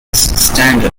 standard